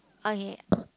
okay